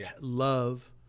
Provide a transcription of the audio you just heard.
love